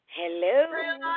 Hello